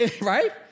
right